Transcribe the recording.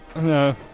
no